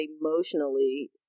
emotionally